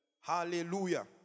Hallelujah